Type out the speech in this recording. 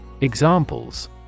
Examples